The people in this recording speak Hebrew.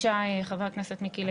בבקשה, חבר הכנסת מיקי לוי.